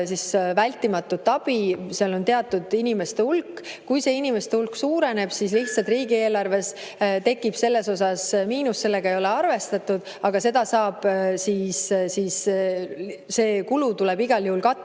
annab vältimatut abi, seal on teatud inimeste hulk. Kui see inimeste hulk suureneb, siis lihtsalt riigieelarves tekib selles osas miinus. Sellega ei ole arvestatud. See kulu tuleb igal juhul katta